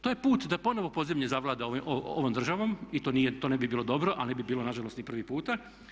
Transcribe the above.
To je put da ponovno podzemlje zavlada ovom državom i to ne bi bilo dobro, ali ne bi bilo nažalost ni prvi puta.